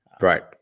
right